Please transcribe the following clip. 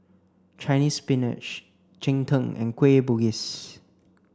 Chinese spinach Cheng Tng and Kueh Bugis